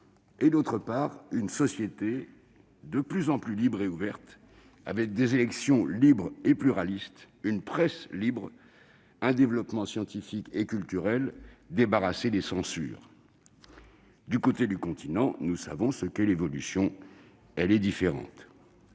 et, d'autre part, une société de plus en plus libre et ouverte, avec des élections réellement libres et pluralistes, une presse libre, un développement scientifique et culturel débarrassé des censures. Du côté de la Chine continentale, nous savons que l'évolution est différente.